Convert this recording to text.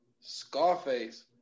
Scarface